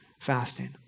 fasting